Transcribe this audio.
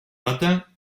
matin